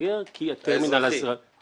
להיסגר כי הטרמינל הזמני --- האזרחי.